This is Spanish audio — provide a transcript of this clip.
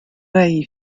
rey